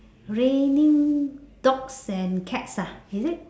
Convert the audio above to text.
raining dogs and cats ah is it